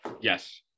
Yes